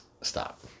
stop